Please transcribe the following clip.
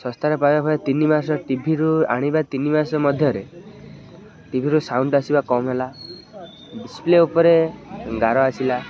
ଶସ୍ତାରେ ପାଇବା ପାଇଁ ତିନି ମାସ ଟିଭିରୁ ଆଣିବା ତିନି ମାସ ମଧ୍ୟରେ ଟିଭିରୁ ସାଉଣ୍ଡ ଆସିବା କମ୍ ହେଲା ଡିସ୍ପ୍ଲେ ଉପରେ ଗାର ଆସିଲା